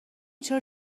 چرا